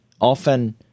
often